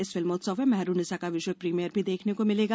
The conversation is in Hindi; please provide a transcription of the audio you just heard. इस फिल्मोत्सव में मेहरुनिसा का विश्व प्रीमियर भी देखने को मिलेगा